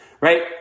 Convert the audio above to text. right